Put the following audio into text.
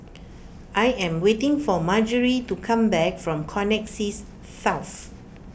I am waiting for Marjorie to come back from Connexis South